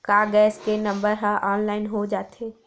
का गैस के नंबर ह ऑनलाइन हो जाथे?